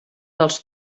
dels